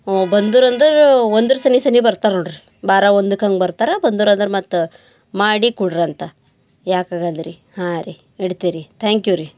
ಬಂದರಂದ್ರೆ ಒಂದರ ಸನಿ ಸನಿ ಬರ್ತಾರ ನೋಡ್ರಿ ಬಾರಾ ಒಂದಕ್ಕೆ ಹಂಗೆ ಬರ್ತಾರೆ ಬಂದರಂದ್ರ ಮತ್ತು ಮಾಡಿ ಕೊಡ್ರಂತ ಯಾಕಾಗಲ್ದು ರೀ ಹಾಂ ರೀ ಇಡ್ತೆ ರೀ ಥ್ಯಾಂಕ್ ಯು ರೀ